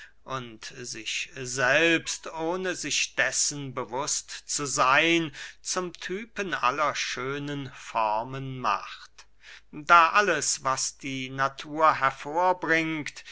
und sich selbst ohne sich dessen bewußt zu seyn zum typen aller schönen formen macht da alles was die natur hervorbringt